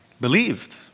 believed